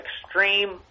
extreme